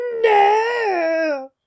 no